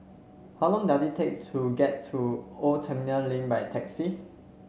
how long does it take to get to Old Terminal Lane by taxi